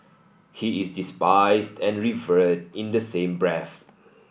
he is despised and revered in the same breath